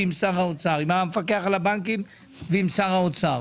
עם המפקח על הבנקים ועם שר האוצר.